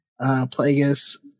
Plagueis